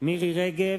מירי רגב,